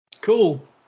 Cool